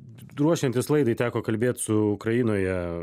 ruošiantis laidai teko kalbėt su ukrainoje